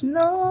no